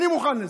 אני מוכן לזה.